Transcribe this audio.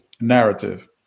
narrative